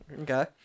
Okay